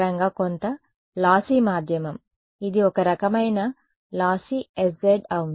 అమలు పరంగా కొంత లాస్సి మాధ్యమం ఇది ఒక రకమైన లాస్సీ sz అవును